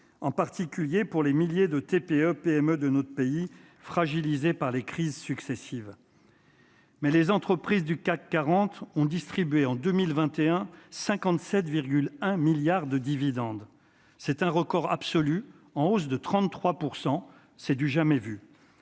en particulier pour les milliers de TPE, PME de notre pays fragilisé par les crises successives. Mais les entreprises du CAC 40 ont distribué en 2021 57 1 milliards de dividendes, c'est un record absolu en hausse de 33 %, c'est du jamais vu,